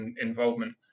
involvement